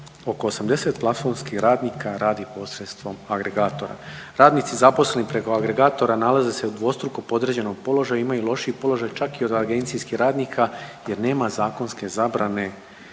oko 80 platformskih radnika radi posredstvom agregatora. Radnici zaposleni preko agregatora nalaze se u dvostruko podređenom položaju, imaju lošiji položaj čak i od agencijskih radnika jer nema zakonske zabrane